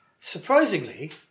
Surprisingly